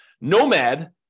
Nomad